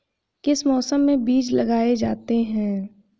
किस मौसम में बीज लगाए जाते हैं?